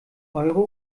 euro